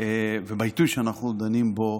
ובעיתוי שאנחנו דנים בו,